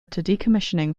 decommissioning